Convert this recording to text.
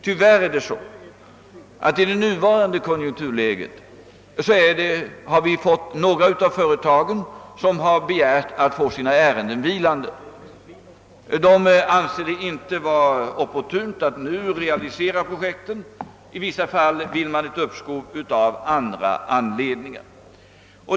Tyvärr har några av företagen i rådande konjunkturläge begärt att få sina ärenden vilande. De anser det inte vara opportunt att nu realisera projekten, och i vissa fall vill man även få ett uppskov av andra anledningar.